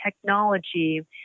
technology